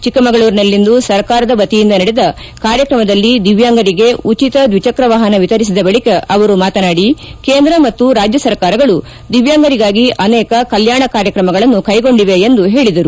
ಚಿಕ್ಕಮಗಳೂರಿನಲ್ಲಿಂದು ಸರ್ಕಾರದ ವತಿಯಿಂದ ನಡೆದ ಕಾರ್ಯಕ್ರಮದಲ್ಲಿ ದಿವ್ಯಾಂಗರಿಗೆ ಉಚಿತ ದ್ವಿಚ್ಕವಾಹನ ವಿತರಿಸಿದ ಮಾಡಿದ ಬಳಕ ಅವರು ಮಾತನಾಡಿ ಕೇಂದ್ರ ಮತ್ತು ರಾಜ್ಯ ಸರ್ಕಾರಗಳು ದಿವ್ಯಾಂಗರಿಗಾಗಿ ಅನೇಕ ಕಲ್ಲಾಣ ಕಾರ್ಯಕ್ರಮಗಳನ್ನು ಕೈಗೊಂಡಿವೆ ಎಂದು ಹೇಳಿದರು